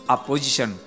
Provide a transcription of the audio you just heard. Opposition